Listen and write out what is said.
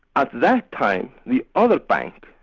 at that time, the other bank,